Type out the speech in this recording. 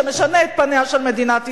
שמשנה את פניה של מדינת ישראל.